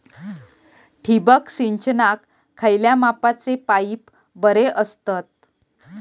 ठिबक सिंचनाक खयल्या मापाचे पाईप बरे असतत?